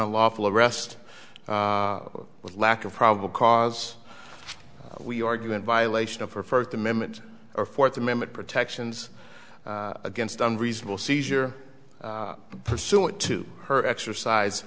unlawful arrest lack of probable cause we argue in violation of her first amendment or fourth amendment protections against unreasonable seizure pursuant to her exercise